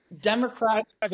Democrats